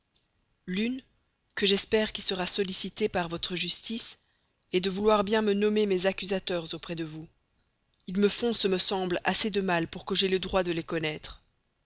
l'une que j'espère qui sera sollicitée par votre justice est de vouloir bien me nommer enfin mes accusateurs auprès de vous ils me font ce me semble assez de mal pour que j'aie le droit de les connaître